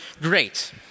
great